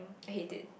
headache